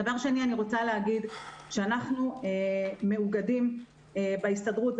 דבר שני, אנחנו מאוגדים בהסתדרות.